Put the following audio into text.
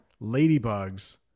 ladybugs